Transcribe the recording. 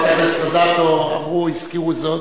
חברת הכנסת אדטו, אמרו, הזכירו זאת.